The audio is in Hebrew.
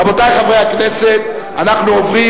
רבותי חברי הכנסת, אנחנו עוברים